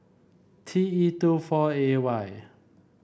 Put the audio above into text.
T E two four A Y